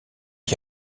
est